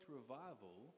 revival